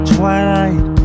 Twilight